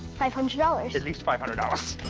five hundred dollars. at least five hundred dollars.